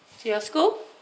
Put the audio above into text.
your school